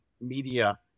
media